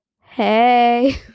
hey